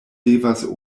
devas